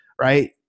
right